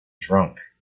drunk